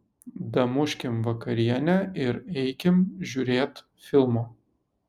damuškim vakarienę ir eikim žiūrėt filmo